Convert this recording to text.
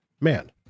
man